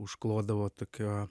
užklodavo tokia